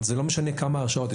זה לא משנה כמה הרשעות,